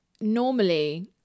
normally